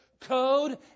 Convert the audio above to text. code